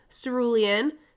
cerulean